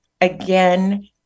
again